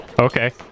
Okay